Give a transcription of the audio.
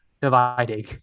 Dividing